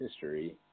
history